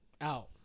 out